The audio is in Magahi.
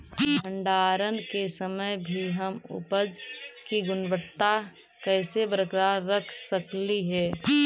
भंडारण के समय भी हम उपज की गुणवत्ता कैसे बरकरार रख सकली हे?